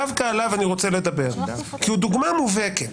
דווקא עליו אני רוצה לדבר, כי הוא דוגמה מובהקת.